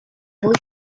boy